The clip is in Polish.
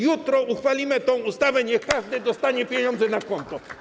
Jutro uchwalimy ustawę, niech każdy dostanie pieniądze na konto.